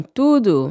tudo